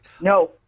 No